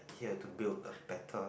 he had to build a better